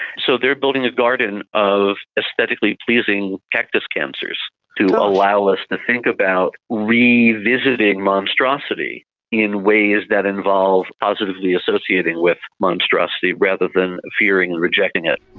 so they are building a garden of aesthetically pleasing cactus cancers to ah allow us to think about revisiting monstrosity in ways that involve positively associating with monstrosity rather than fearing and rejecting it.